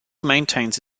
maintains